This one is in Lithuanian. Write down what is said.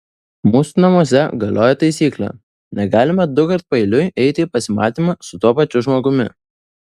mūsų namuose galioja taisyklė negalima dukart paeiliui eiti į pasimatymą su tuo pačiu žmogumi